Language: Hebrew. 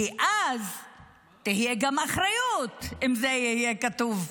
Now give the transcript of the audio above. כי אז תהיה גם אחריות, אם זה יהיה כתוב.